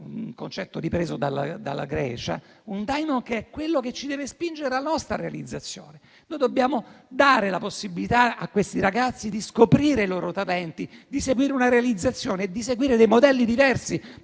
un concetto ripreso dalla filosofia greca - che ci deve spingere alla nostra realizzazione. Noi dobbiamo dare la possibilità a questi ragazzi di scoprire i loro talenti, di realizzarsi e di seguire modelli diversi,